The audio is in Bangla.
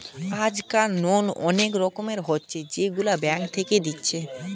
আজকাল লোন অনেক রকমের হচ্ছে যেগুলা ব্যাঙ্ক থেকে দিচ্ছে